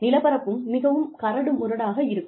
நிலப்பரப்பும் மிகவும் கரடு முரடாக இருக்கும்